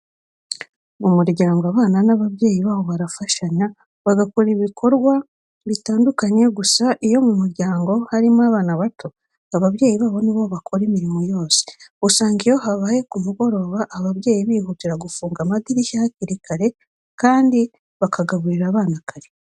Mu muryango abana n'ababyeyi babo barafashanya bagakora ibikorwa bitandukanye gusa iyo umuryango urimo abana bato, ababyeyi babo nibo bakora imirimo yose .Usanga iyo habaye ku mugoroba ababyeyi bihutira gufunga amadirishya hakiri kare kandi bakagaburira abana kare.